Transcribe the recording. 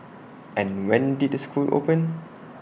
and when did the school open